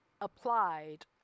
applied